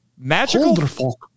Magical